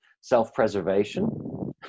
self-preservation